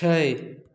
छै